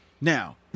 Now